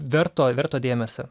verto verto dėmesio